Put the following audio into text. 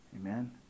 Amen